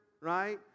right